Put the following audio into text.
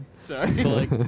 Sorry